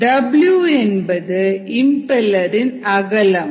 W என்பது impeller அகலம்